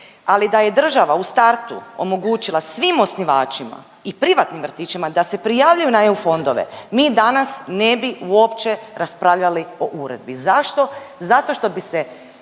ali da je država u startu omogućila svim osnivačima i privatnim vrtićima da se prijavljuju na EU fondove mi danas ne bi uopće raspravljali o uredbi. Zašto? Zato što bi se